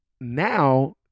Now